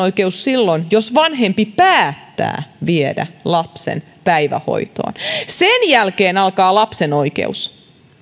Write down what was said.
oikeus ainoastaan silloin jos vanhempi päättää viedä lapsen päivähoitoon sen jälkeen alkaa lapsen oikeus